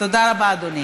תודה רבה, אדוני.